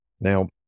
Now